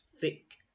thick